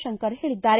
ಶಂಕರ್ ಹೇಳಿದ್ದಾರೆ